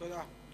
תודה.